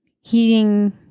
heating